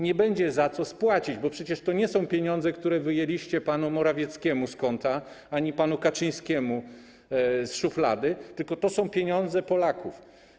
Nie będzie za co tego spłacić, bo przecież to nie są pieniądze, które wyjęliście panu Morawieckiemu z konta ani panu Kaczyńskiemu z szuflady, tylko to są pieniądze Polaków.